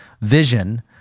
vision